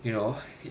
you know